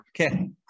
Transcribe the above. okay